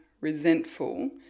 resentful